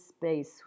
space